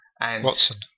Watson